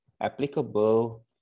applicable